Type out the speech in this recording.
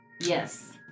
Yes